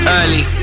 early